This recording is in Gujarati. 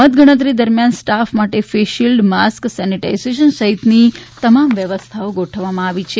મતગણતરી દરમિયાન સ્ટાફ માટે ફેસ શિલ્ડમાસ્ક સેનિટાઇઝેશન સહિતની તમામ વ્યવસ્થાઓ ગોઠવવામાં આવી છે